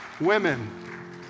Women